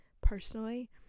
personally